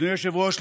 אדוני היושב-ראש,